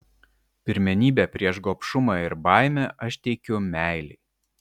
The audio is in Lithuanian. pirmenybę prieš gobšumą ir baimę aš teikiu meilei